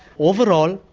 overall,